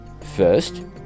First